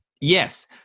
yes